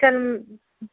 تن